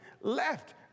left